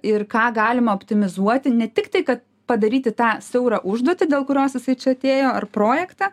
ir ką galima optimizuoti ne tik tai kad padaryti tą siaurą užduotį dėl kurios jisai čia atėjo ar projektą